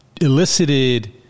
elicited